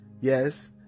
Yes